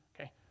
okay